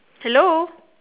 hello